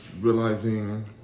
realizing